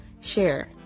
share